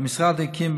המשרד הקים,